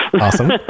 Awesome